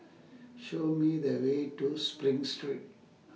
Show Me The Way to SPRING Street